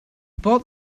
bought